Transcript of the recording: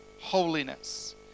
holiness